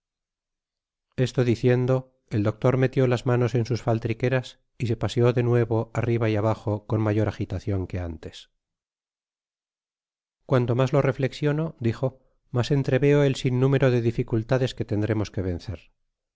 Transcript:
esto diciendo el doctor metió las manos en sus faltriqueras y se paseó de nuevo arriba y abajo con mayor agitacion que antes cuanto mas lo reflecsiono dijo mas entreveo el sin número de dificultades que tendrémos que vencer